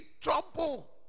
trouble